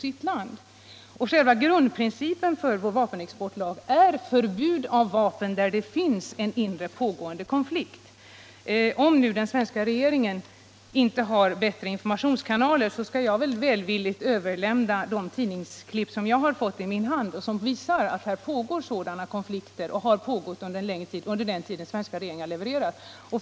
Själva grundprincipen för vår vapenexport i dag är förbud av vapen till länder där det finns en inre pågående konflikt. Om nu den svenska regeringen inte har bättre informationskanaler skall jag välvilligt överlämna de tidningsklipp jag fått i min hand och som visar att här pågår sådana konflikter och har pågått under den tid den svenska regeringen har givit tillstånd och SAAB levererar materiel.